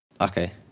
Okay